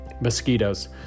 mosquitoes